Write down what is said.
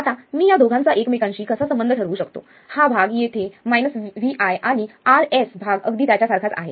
आता मी या दोघांचा एकमेकांशी कसा संबंध ठरवू शकतो हा भाग येथे Vi आणि Rs भाग अगदी त्याच्या सारखाच आहे